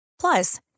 Plus